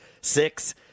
six